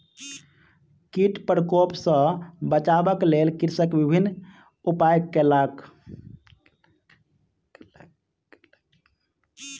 कीट प्रकोप सॅ बचाबक लेल कृषक विभिन्न उपाय कयलक